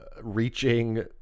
reaching